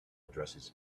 addresses